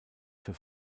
für